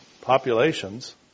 populations